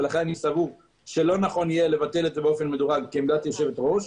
לכן אני סבור שלא נכון יהיה לבטל את זה באופן מדורג כעמדת היושבת-ראש.